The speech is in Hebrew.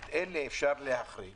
את אלה אפשר להחריג